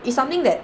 it's something that